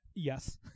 Yes